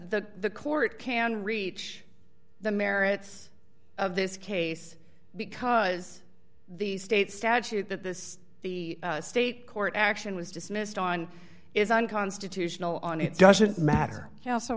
that the court can reach the merits of this case because the state statute that this the state court action was dismissed on is unconstitutional on it doesn't matter